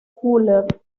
fuller